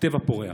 הטבע פורח.